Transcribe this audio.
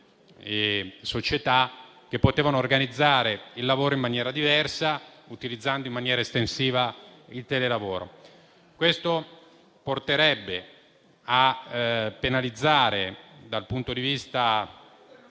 e società, che potevano organizzare il lavoro in maniera diversa, utilizzando in maniera estensiva il telelavoro. Questo porterebbe a penalizzare, dal punto di vista